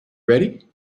ready